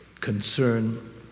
concern